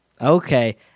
Okay